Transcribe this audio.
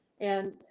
and-